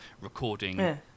recording